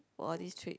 for this trip